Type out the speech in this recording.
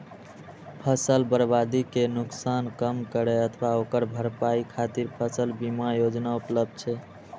फसल बर्बादी के नुकसान कम करै अथवा ओकर भरपाई खातिर फसल बीमा योजना उपलब्ध छै